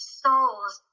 soul's